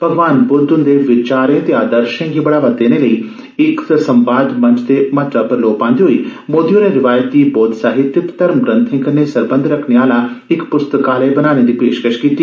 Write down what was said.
भगवान बुद्ध हुन्दे विचारे ते आदर्शे गी बढ़ावा देने लेई इस संवाद मंच दे महत्वै पर लोऽ पांदे होई मोदी होरें रिवायती बौद्ध साहित्य ते धर्म ग्रथे कन्नै सम्बंध रक्खने आला इक पुस्तकालय बनाने दी पेशकश कीती